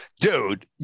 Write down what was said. Dude